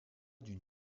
d’une